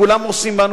כולם עושים בנו,